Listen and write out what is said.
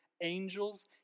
angels